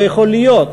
"לא יכול להיות",